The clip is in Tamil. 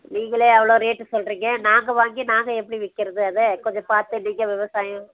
நீங்களே எவ்வளோ ரேட் சொல்கிறிங்க நாங்கள் வாங்கி நாங்கள் எப்படி விற்கறது அதை கொஞ்சம் பார்த்து நீங்கள் விவசாயம்